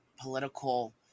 political